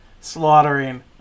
slaughtering